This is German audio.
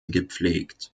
gepflegt